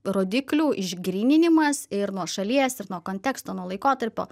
rodiklių išgryninimas ir nuo šalies ir nuo konteksto nuo laikotarpio